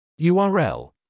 URL